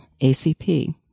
ACP